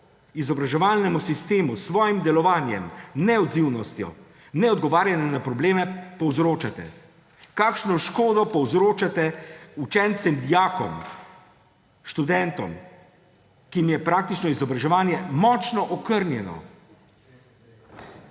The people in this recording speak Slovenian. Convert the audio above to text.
izobraževalnemu sistemu s svojim delovanjem, neodzivnostjo, neodgovarjanjem na probleme povzročate? Kakšno škodo povzročate učencem in dijakom, študentom, ki jim je praktično izobraževanje močno okrnjeno?